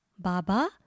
Baba